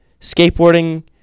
skateboarding